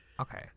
Okay